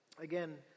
again